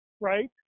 right